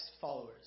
followers